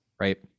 right